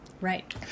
Right